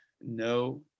No